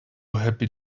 happy